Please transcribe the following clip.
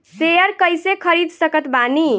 Share कइसे खरीद सकत बानी?